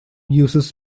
uses